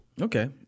okay